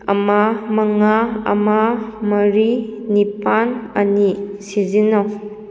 ꯑꯃ ꯃꯉꯥ ꯑꯃ ꯃꯔꯤ ꯅꯤꯄꯥꯜ ꯑꯅꯤ ꯁꯤꯖꯤꯟꯅꯧ